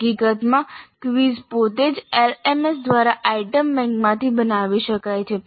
હકીકતમાં ક્વિઝ પોતે જ LMS દ્વારા આઇટમ બેંકમાંથી બનાવી શકાય છે